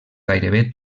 gairebé